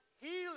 healing